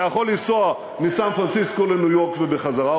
אתה יכול לנסוע מסן-פרנסיסקו לניו-יורק ובחזרה,